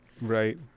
right